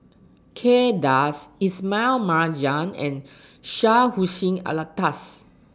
Kay Das Ismail Marjan and Syed Hussein Alatas